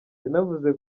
yanavuze